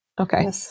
Okay